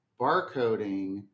barcoding